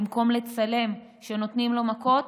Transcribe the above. במקום לצלם שנותנים לו מכות,